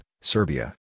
Serbia